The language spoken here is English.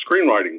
screenwriting